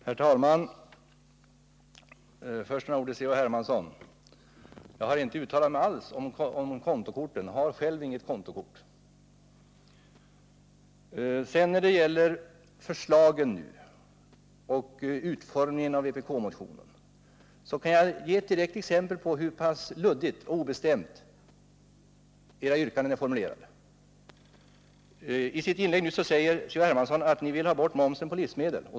Herr talman! Först några ord till C.-H. Hermansson: Jag har inte alls uttalat mig om kontokorten, och jag har själv inte något sådant. När det gäller förslagen i och utformningen av vpk-motionen kan jag ge ett direkt exempel på hur luddigt och obestämt yrkandena är formulerade. I sitt inlägg sade C.-H. Hermansson att vpk vill ha bort momsen på livsmedel.